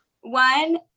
One